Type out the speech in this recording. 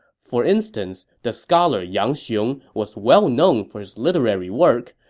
for instance, the scholar yang xiong was well-known for his literary work,